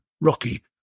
Rocky